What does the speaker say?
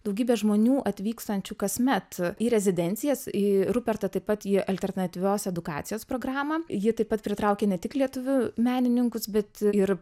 daugybę žmonių atvykstančių kasmet į rezidencijas į rupertą taip pat į alternatyvios edukacijos programą ji taip pat pritraukia ne tik lietuvių menininkus bet ir